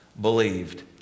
believed